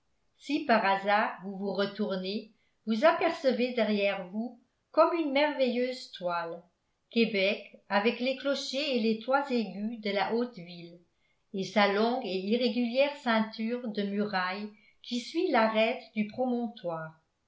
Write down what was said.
si par hasard vous vous retournez vous apercevez derrière vous comme une merveilleuse toile québec avec les clochers et les toits aigus de la haute ville et sa longue et irrégulière ceinture de murailles qui suit l'arête du promontoire